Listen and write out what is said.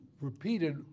repeated